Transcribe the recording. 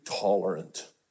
tolerant